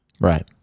Right